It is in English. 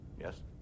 Yes